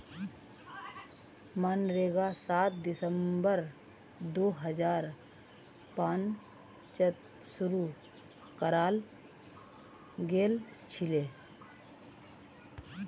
मनरेगा सात दिसंबर दो हजार पांचत शूरू कराल गेलछिले